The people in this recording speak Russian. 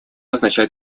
означает